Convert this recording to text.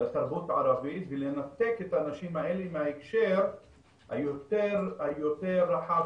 לתרבות הערבית ולנתק את האנשים האלה מההקשר היותר רחב